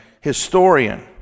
historian